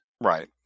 right